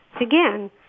Again